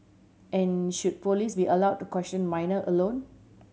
and should police be allowed to question minor alone